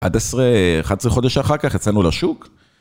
אחת עשרה, אחת עשרה חודש אחר כך יצאנו לשוק.